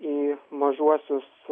į mažuosius